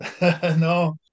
No